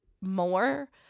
more